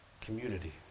community